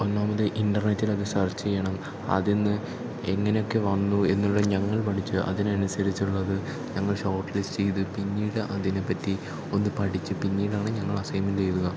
ഒന്നാമത് ഇൻറ്റർനെറ്റിലത് സെർച്ച് ചെയ്യണം അതിൽനിന്ന് എങ്ങനെയൊക്കെ വന്നു എന്നുള്ളത് ഞങ്ങൾ പഠിച്ച് അതിനനുസരിച്ചുള്ളത് ഞങ്ങൾ ഷോട്ട് ലിസ്റ്റ് ചെയ്ത് പിന്നീട് അതിനെപ്പറ്റി ഒന്ന് പഠിച്ച് പിന്നീടാണ് ഞങ്ങൾ അസൈൻമെൻ്റ് എഴുതുക